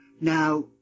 Now